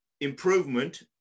improvement